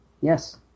Yes